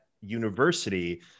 university